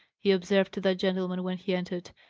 he observed to that gentleman, when he entered.